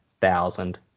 thousand